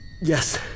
Yes